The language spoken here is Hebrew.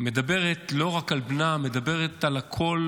מדברת לא רק על בנה, מדברת על הכול